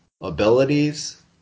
abilities